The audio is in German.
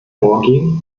vorgehen